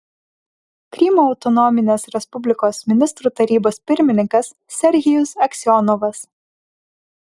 krymo autonominės respublikos ministrų tarybos pirmininkas serhijus aksionovas